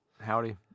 Howdy